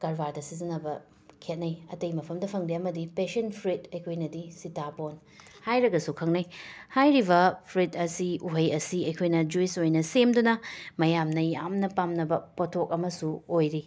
ꯀꯔꯕꯥꯔꯗ ꯁꯤꯖꯤꯟꯅꯕ ꯈꯦꯠꯅꯩ ꯑꯇꯩ ꯃꯐꯝꯗ ꯐꯪꯗꯦ ꯑꯃꯗꯤ ꯄꯦꯁꯟ ꯐ꯭ꯔꯨꯏꯠ ꯑꯩꯈꯣꯏꯅꯗꯤ ꯁꯤꯇꯄꯣꯟ ꯍꯥꯏꯔꯒꯁꯨ ꯈꯪꯅꯩ ꯍꯥꯏꯔꯤꯕ ꯐ꯭ꯔꯨꯏꯠ ꯑꯁꯤ ꯎꯍꯩ ꯑꯁꯤ ꯑꯩꯈꯣꯏꯅ ꯖꯨꯏꯁ ꯑꯣꯏꯅ ꯁꯦꯝꯗꯨꯅ ꯃꯌꯥꯝꯅ ꯌꯥꯝꯅ ꯄꯥꯝꯅꯕ ꯄꯣꯠꯊꯣꯛ ꯑꯃꯁꯨ ꯑꯣꯏꯔꯤ